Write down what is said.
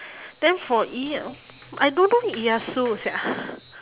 then for ie~ I don't know ieyasu sia